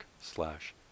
slash